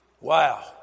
Wow